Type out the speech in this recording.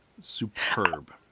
superb